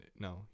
no